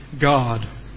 God